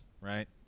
right